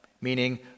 meaning